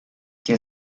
que